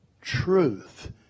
truth